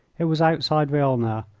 it was outside wilna,